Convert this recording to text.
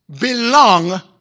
belong